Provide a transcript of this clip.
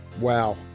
Wow